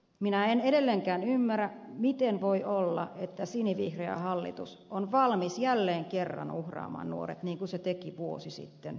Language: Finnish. minä en edelleenkään ymmärrä miten voi olla että sinivihreä hallitus on valmis jälleen kerran uhraamaan nuoret niin kuin se teki vuosi sitten vastaavaan aikaan